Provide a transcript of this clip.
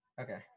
Okay